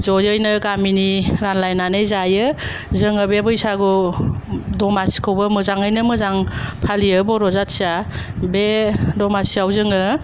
जयैनो गामिनि रानलायनानै जायो जोङो बे बैसागु दमासि खौबो मोजाङैनो मोजां फालियो बर' जाथिआ बे दमासिआव जोङो